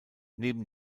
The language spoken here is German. neben